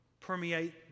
permeate